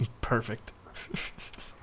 Perfect